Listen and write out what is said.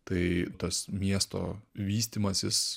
tai tas miesto vystymasis